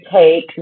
take